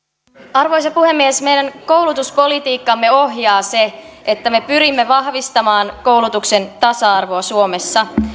arvoisa puhemies meidän koulutuspolitiikkaamme ohjaa se että me pyrimme vahvistamaan koulutuksen tasa arvoa suomessa